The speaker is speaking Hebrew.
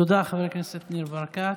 תודה, חבר הכנסת אלי כהן.